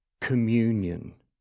communion